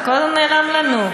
אתה כל הזמן נעלם לנו.